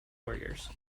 warriors